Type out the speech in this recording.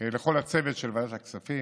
לכל הצוות של ועדת הכספים,